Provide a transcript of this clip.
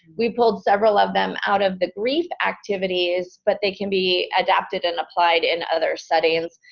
we pulled several of them out of the grief activities, but they can be adapted and applied in other settings.